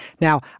Now